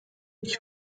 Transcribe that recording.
ich